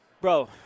Bro